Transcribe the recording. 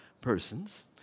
persons